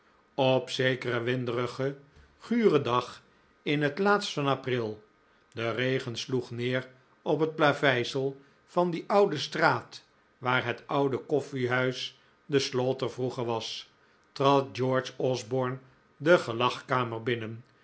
op zekeren winderigen guren dag in het laatst van april de regen sloeg neer op het plaveisel van die oude straat waar het oude kofflehuis de slaughter vroeger was trad george osborne de gelagkamer binnen